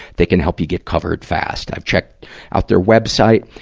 they can help you get covered fast. i've checked out their web site.